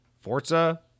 forza